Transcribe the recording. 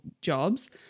jobs